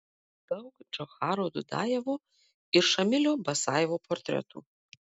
daug džocharo dudajevo ir šamilio basajevo portretų